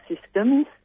systems